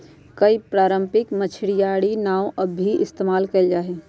कई पारम्परिक मछियारी नाव अब भी इस्तेमाल कइल जाहई